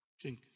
Drink